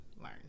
learn